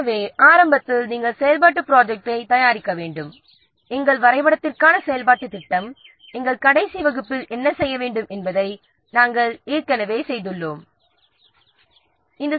எனவே ஆரம்பத்தில் நாம் செயல்பாட்டுத் திட்டத்தைத் தயாரிக்க வேண்டும் இது கடந்த வகுப்பில் நாம் விவாதித்த செயல்பாட்டுத் திட்டத்திற்காக ஏற்கனவே செய்த ஒரு வகையான வரைபடமாகும்